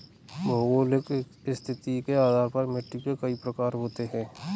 भौगोलिक स्थिति के आधार पर मिट्टी के कई प्रकार होते हैं